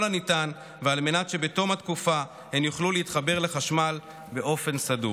הניתן ועל מנת שבתום התקופה הן יוכלו להתחבר לחשמל באופן סדור.